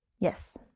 Yes